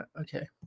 Okay